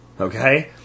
Okay